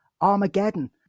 Armageddon